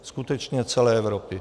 Skutečně celé Evropy.